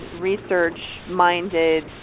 research-minded